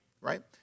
right